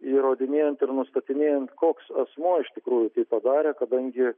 įrodinėjant ir nustatinėjant koks asmuo iš tikrųjų tai padarė kadangi